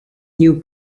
new